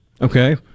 Okay